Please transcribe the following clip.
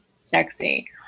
Sexy